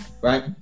right